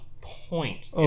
point